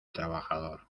trabajador